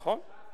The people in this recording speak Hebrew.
נכון.